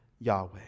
yahweh